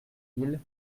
mille